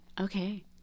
Okay